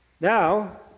Now